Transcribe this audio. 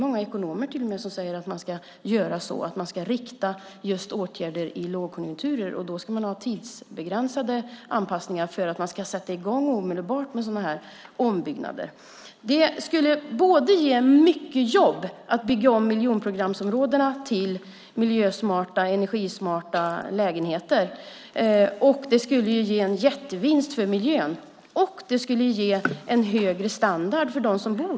Många ekonomer säger att man ska rikta åtgärder i lågkonjunkturer och att de ska vara tidsbegränsade för att omedelbart sätta i gång ombyggnader. Det skulle ge många jobb att bygga om miljonprogramsområden till energi och miljösmarta lägenheter. Det skulle också ge en högre standard för dem som bor där och en jättevinst för miljön.